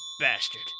bastard